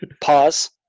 pause